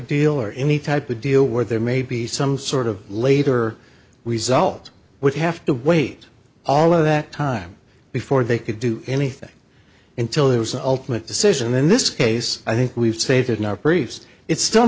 deal or any type of deal where there may be some sort of later result would have to wait all of that time before they could do anything until there was an ultimate decision in this case i think we've stated in our previous it's still